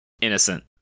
innocent